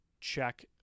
check